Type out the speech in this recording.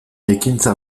ekintza